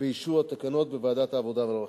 באישור התקנות בוועדת העבודה והרווחה.